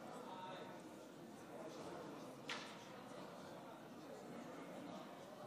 הכנסת, להלן תוצאות ההצבעה: 46